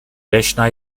leśna